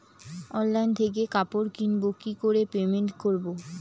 Online থেকে কাপড় কিনবো কি করে পেমেন্ট করবো?